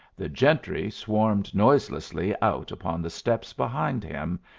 the gentry swarmed noiselessly out upon the steps behind him,